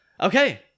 Okay